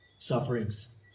sufferings